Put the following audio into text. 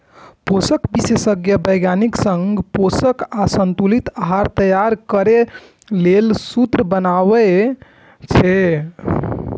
पोषण विशेषज्ञ वैज्ञानिक संग पोषक आ संतुलित आहार तैयार करै लेल सूत्र बनाबै छै